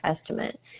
estimate